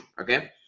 Okay